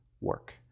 work